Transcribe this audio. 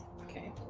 Okay